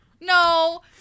no